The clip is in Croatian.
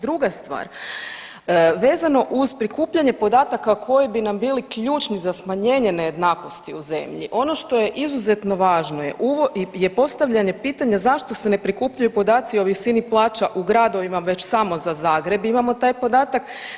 Druga stvar, vezano uz prikupljanje podataka koji bi nam bili ključni za smanjenje nejednakosti u zemlji, ono što je izuzetno važno je postavljanje pitanja zašto se ne prikupljaju podaci o visini plaća u gradovima već samo za Zagreb imamo taj podatak.